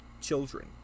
children